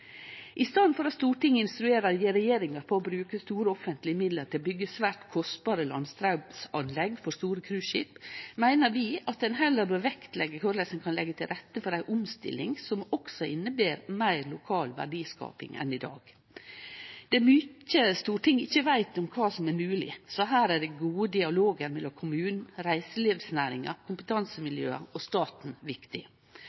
I staden for at Stortinget instruerer regjeringa til å bruke store offentlege midlar til å byggje svært kostbare landstraumanlegg for store cruiseskip, meiner vi at ein heller bør vektleggje korleis ein kan leggje til rette for ei omstilling som også inneber meir lokal verdiskaping enn i dag. Det er mykje Stortinget ikkje veit om kva som er mogleg, så her er den gode dialogen mellom kommunen, reiselivsnæringa,